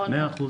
מאה אחוז